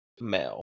male